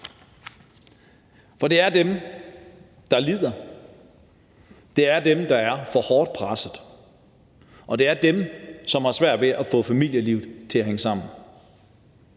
for det er dem, der lider, det er dem, der er for hårdt presset, og det er dem, som har svært ved at få familielivet til at hænge sammen.